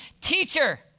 Teacher